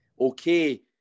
Okay